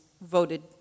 voted